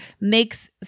makes